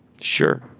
sure